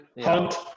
Hunt